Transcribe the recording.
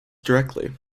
directly